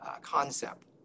concept